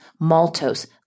maltose